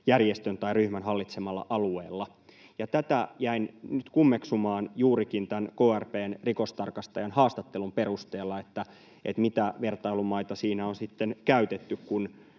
järjestön tai ryhmän hallitsemalla alueella. Tätä jäin nyt kummeksumaan juurikin tämän krp:n rikostarkastajan haastattelun perusteella. Mitä vertailumaita siinä on sitten käytetty,